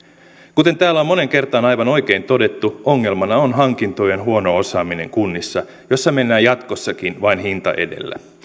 kuten täällä on moneen kertaan aivan oikein todettu ongelmana on hankintojen huono osaaminen kunnissa joissa mennään jatkossakin vain hinta edellä